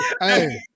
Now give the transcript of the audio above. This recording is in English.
hey